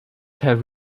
have